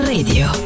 Radio